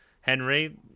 henry